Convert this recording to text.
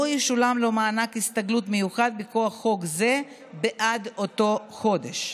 לא ישולם לו מענק הסתגלות מיוחד מכוח חוק זה בעד אותו חודש.